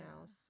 else